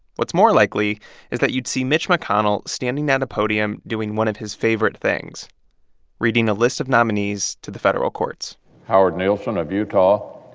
what's more likely is that you'd see mitch mcconnell standing at a podium doing one of his favorite things reading a list of nominees to the federal courts howard neilson of utah,